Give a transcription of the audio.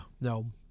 no